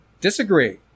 Disagree